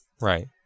Right